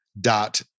dot